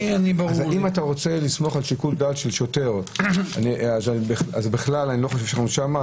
אם אתה רוצה לסמוך על שיקול דעת של שוטר אז בכלל אני לא חושב שזה שם.